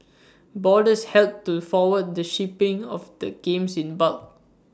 boarders helped to forward the shipping of the games in bulk